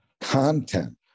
content